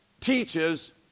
teaches